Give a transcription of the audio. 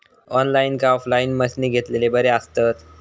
Online काय offline मशीनी घेतलेले बरे आसतात?